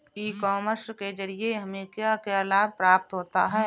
E commerce के ज़रिए हमें क्या क्या लाभ प्राप्त होता है?